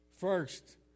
First